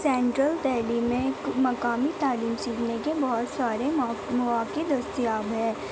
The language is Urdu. سینٹرل دہلی میں ایک مقامی تعلیم سیکھنے کے بہت سارے مواقعے دستیاب ہے